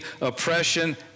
oppression